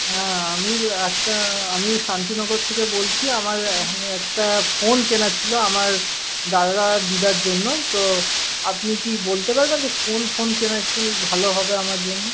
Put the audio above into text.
হ্যাঁ আমি একটা আমি শান্তিনগর থেকে বলছি আমার একটা ফোন কেনার ছিল আমার দাদার দিদার জন্য তো আপনি কি বলতে পারবেন যে কোন ফোন কেনা একটু ভালো হবে আমার জন্য